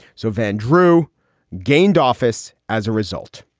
so van drue gained office as a result,